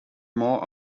more